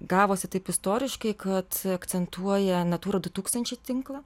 gavosi taip istoriškai kad akcentuoja natūra du tūkstančiai tinklą